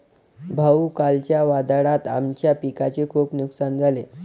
भाऊ, कालच्या वादळात आमच्या पिकाचे खूप नुकसान झाले